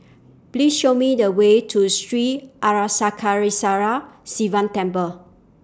Please Show Me The Way to Sri Arasakesari Sivan Temple